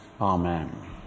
Amen